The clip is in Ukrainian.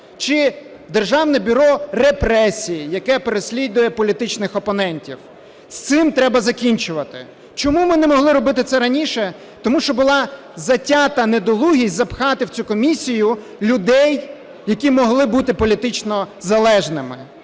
чи "державне бюро репресій", яке переслідує політичних опонентів. З цим треба закінчувати. Чому ми не могли робити це раніше? Тому що була затята недолугість запхати в цю комісію людей, які могли бути політично залежними.